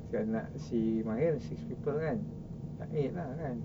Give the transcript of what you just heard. sebab anak si mahir six people kan dah eight lah kan